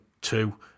two